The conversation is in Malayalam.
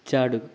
ചാടൂ